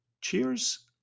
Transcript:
cheers